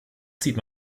zieht